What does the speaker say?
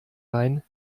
rein